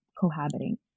cohabiting